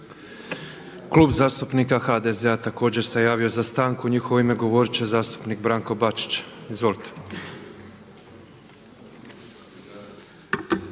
Klub zastupnika SDP-a prijavio se za raspravu. U njihovo ime govorit će zastupnik Siniša Varga. Izvolite.